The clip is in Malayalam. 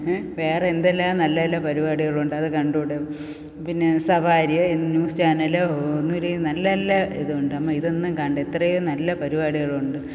വേറെ എന്തെല്ലാം നല്ല നല്ല പരിപാടികളുണ്ട് അത് കണ്ടുകൂടെ പിന്നെ സഫാരിയൊ ന്യൂസ് ചാനലോ ഒന്നുമില്ലെങ്കിൽ നല്ല നല്ല ഇതുണ്ട് അമ്മയിതൊന്നും കണ്ട് ഇത്രയും നല്ല പരിപാടികളുണ്ട്